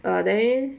ah then